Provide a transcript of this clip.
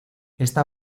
esta